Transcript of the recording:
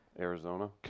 Arizona